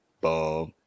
Bob